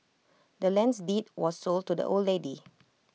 the land's deed was sold to the old lady